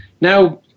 Now